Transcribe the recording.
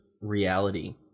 reality